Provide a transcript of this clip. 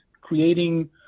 creating